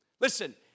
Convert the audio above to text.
Listen